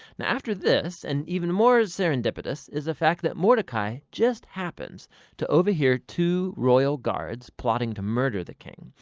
now after this, and even more serendipitous, is the fact that mordecai just happens to overhear two royal guards plotting to murder the king.